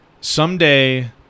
someday